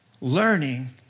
Learning